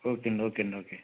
okay అండి okay అండి okay